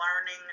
learning